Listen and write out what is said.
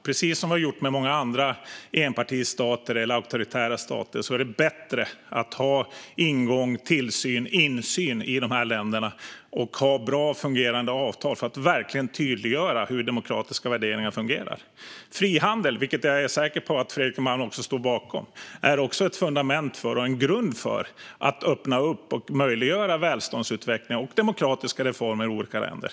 Precis som man har gjort med många andra enpartistater eller auktoritära stater är det bättre att ha ingång, tillsyn och insyn i dessa länder och ha bra, fungerande avtal för att verkligen tydliggöra hur demokratiska värderingar fungerar. Frihandel, vilket jag är säker på att Fredrik Malm står bakom, är ett fundament och en grund för att öppna upp och möjliggöra välståndsutveckling och demokratiska reformer i olika länder.